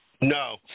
No